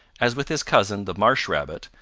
as with his cousin, the marsh rabbit,